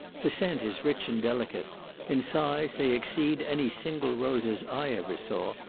the scent is rich and delicate in size they exceed any single roses i ever saw,